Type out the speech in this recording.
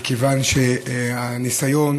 מכיוון שהניסיון,